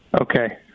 Okay